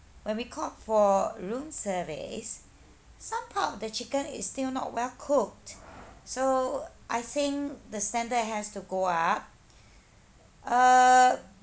when we called for room service some part of the chicken is still not well cooked so I think the standard has to go up uh